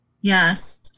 Yes